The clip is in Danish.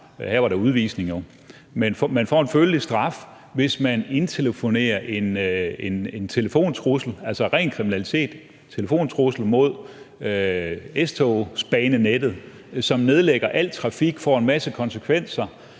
her var der udvisning – hvis man indtelefonerer en trussel, altså ren kriminalitet, mod S-togsbanenettet, som nedlægger al trafik, får en masse konsekvenser